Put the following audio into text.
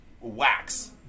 Wax